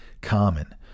common